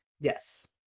Yes